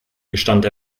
gestand